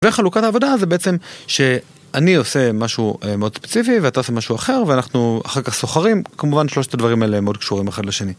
וחלוקת העבודה זה בעצם שאני עושה משהו מאוד ספציפי ואתה עושה משהו אחר ואנחנו אחר כך סוחרים כמובן שלושת הדברים האלה מאוד קשורים אחד לשני.